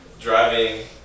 driving